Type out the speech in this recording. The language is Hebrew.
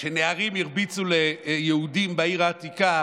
כשנערים הרביצו ליהודים בעיר העתיקה,